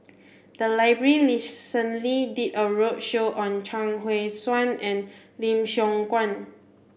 the library recently did a roadshow on Chuang Hui Tsuan and Lim Siong Guan